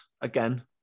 again